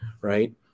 right